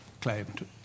claimed